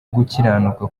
gukiranuka